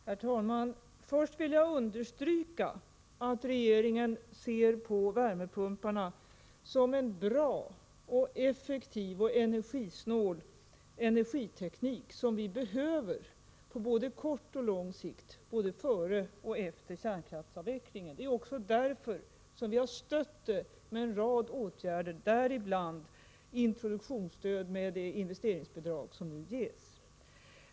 Herr talman! Först vill jag understryka att regeringen ser på värmepumpar som en bra och effektiv och energisnål teknik som vi behöver på både kort och lång sikt, både före och efter kärnkraftsavvecklingen. Det är också därför som vi har stött introduktionen av denna teknik med en rad åtgärder, däribland det investeringsbidrag som nu ges.